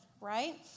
Right